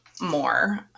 more